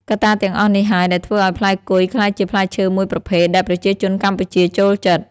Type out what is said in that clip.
កត្តាទាំងអស់នេះហើយដែលធ្វើឱ្យផ្លែគុយក្លាយជាផ្លែឈើមួយប្រភេទដែលប្រជាជនកម្ពុជាចូលចិត្ត។